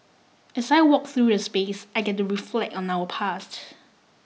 as I walk through the space I get to reflect on our past